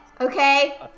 Okay